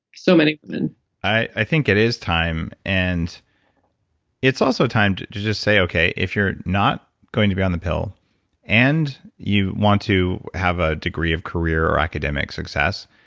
so many women i think it is time. and it's also time to to just say, okay. if you're not going to be on the pill and you want to have a degree of career or academic success,